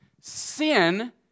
sin